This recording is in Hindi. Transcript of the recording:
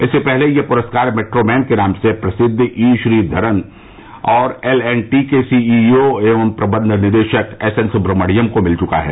इससे पहले यह पुरस्कार मेट्रो मैन के नाम से प्रसिद्ध ई श्रीघरन और एल एंड टी के सीईओ एवं प्रबंध निदेशक एस एन सुब्रमण्यम को मिल चुका है